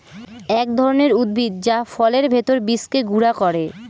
এক ধরনের উদ্ভিদ যা ফলের ভেতর বীজকে গুঁড়া করে